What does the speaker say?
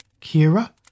Kira